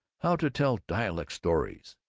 how to tell dialect stories.